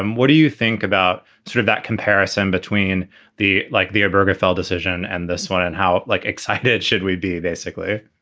um what do you think about sort of that comparison between the like the aaberg afl decision and this one? and how like excited should we be basically?